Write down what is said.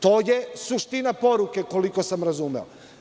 To je suština poruke, koliko sam razumeo.